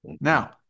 Now